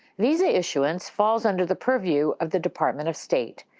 visa issuance falls under the purview of the department of state.